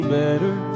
better